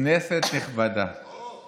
כנסת נכבדה מאוד.